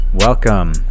Welcome